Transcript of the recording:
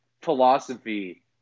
philosophy